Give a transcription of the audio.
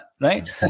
right